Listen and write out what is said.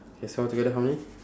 K so altogether how many